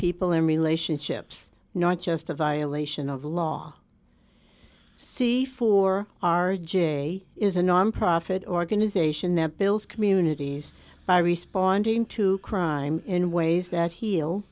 people and relationships not just a violation of law see for r j is a nonprofit organization that builds communities by responding to crime in ways that he'll